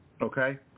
Okay